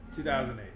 2008